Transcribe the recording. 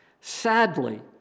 Sadly